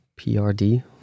PRD